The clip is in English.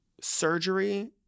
surgery